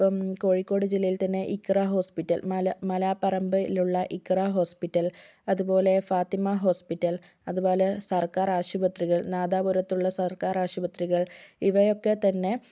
ഇപ്പം കോഴിക്കോട് ജില്ലയിൽ തന്നെ ഇക്ര ഹോസ്പിറ്റൽ മല മലാപ്പറമ്പിലുള്ള ഇക്ര ഹോസ്പിറ്റൽ അതുപോലെ ഫാത്തിമ ഹോസ്പിറ്റൽ അതുപോലെ സർക്കാർ ആശുപത്രികൾ നാദാപുരത്തുള്ള സർക്കാർ ആശുപത്രികൾ ഇവയൊക്കെ തന്നെ